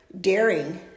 daring